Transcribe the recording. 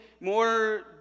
more